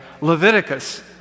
Leviticus